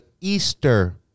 Easter